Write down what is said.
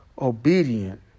obedient